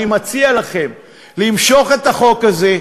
אני מציע לכם למשוך את החוק הזה,